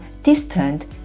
distant